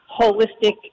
holistic